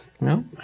No